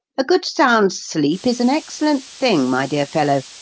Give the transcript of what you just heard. a good sound sleep is an excellent thing, my dear fellow,